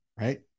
Right